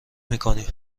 میکنی